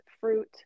fruit